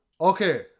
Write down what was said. Okay